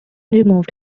removed